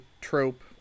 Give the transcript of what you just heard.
trope